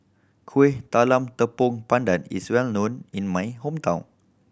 Kuih Talam Tepong Pandan is well known in my hometown